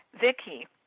vicky